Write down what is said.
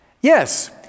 Yes